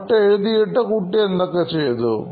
notes എഴുതിയിട്ട് എന്തൊക്കെ ചെയ്തു